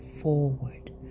forward